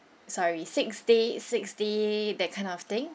sorry six day six D that kind of thing